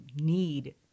need